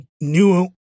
new